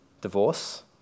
divorce